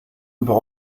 über